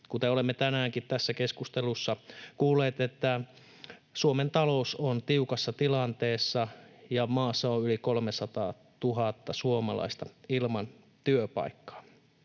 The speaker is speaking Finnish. Kuten olemme tänäänkin tässä keskustelussa kuulleet, Suomen talous on tiukassa tilanteessa ja maassa on yli kolmesataatuhatta suomalaista ilman työpaikkaa.